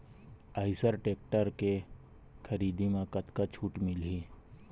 Eicher tractor के खरीदी म कतका छूट मिलही?